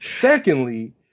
Secondly